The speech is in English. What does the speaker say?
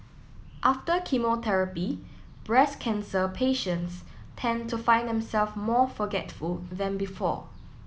after chemotherapy breast cancer patients tend to find themselves more forgetful than before